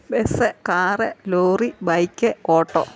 bus car lorry bike auto